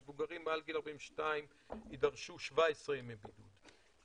מבוגרים מעל גיל 42 יידרשו 17 ימי בידוד.